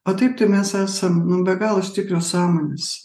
o taip tai mes esam nu be galo stiprios sąmonės